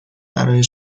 برای